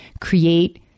create